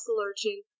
lurching